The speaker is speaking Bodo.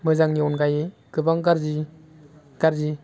मोजांनि अनगायै गोबां गाज्रि गाज्रि